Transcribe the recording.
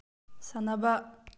ꯁꯥꯅꯕ